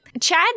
Chad